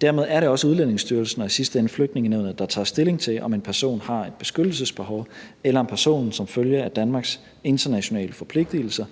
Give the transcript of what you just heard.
Dermed er det også Udlændingestyrelsen og i sidste ende Flygtningenævnet, der tager stilling til, om en person har et beskyttelsesbehov, eller om personen som følge af Danmarks internationale forpligtigelser